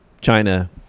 China